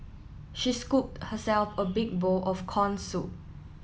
she scooped herself a big bowl of corn soup